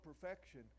perfection